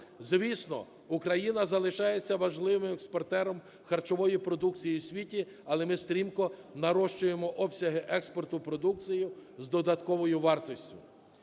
Звісно, Україна залишається важливим експортером харчової продукції в світі, але ми стрімко нарощуємо обсяги експорту продукції з додатковою вартістю.